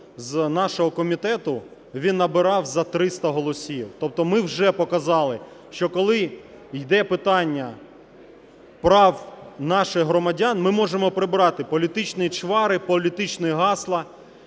з нашого комітету, він набирав за 300 голосів. Тобто ми вже показали, що коли йде питання прав наших громадян, ми можемо прибрати політичні чвари, політичні гасла,